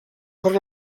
per